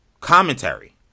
commentary